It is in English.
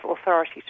authority